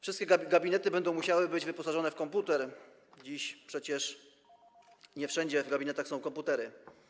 Wszystkie gabinety będą musiały być wyposażone w komputer, a dziś przecież nie wszędzie w gabinetach są komputery.